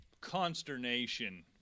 consternation